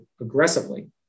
aggressively